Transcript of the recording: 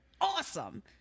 awesome